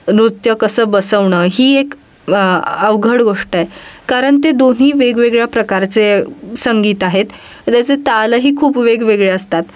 नृत्य कसं बसवणं ही एक अवघड गोष्ट आहे कारण ते दोन्ही वेगवेगळ्या प्रकारचे संगीत आहेत त्याचे तालही खूप वेगवेगळे असतात